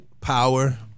power